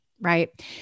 right